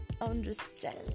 understand